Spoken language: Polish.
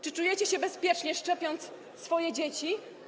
Czy czujecie się bezpiecznie, szczepiąc swoje dzieci?